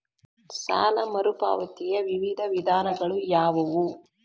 ಸಾಲ ಮರುಪಾವತಿಯ ವಿವಿಧ ವಿಧಾನಗಳು ಯಾವುವು?